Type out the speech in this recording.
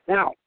Now